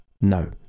no